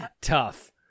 tough